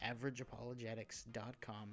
AverageApologetics.com